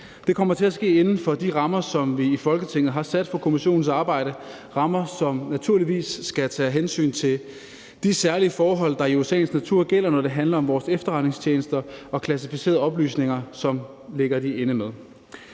Det kommer til at ske inden for de rammer, som vi i Folketinget har sat for på kommissionens arbejde, og det er rammer, som naturligvis skal tage hensyn til de særlige forhold, der jo i sagens natur gælder, når det handler om vores efterretningstjenester og klassificerede oplysninger, som de ligger inde med.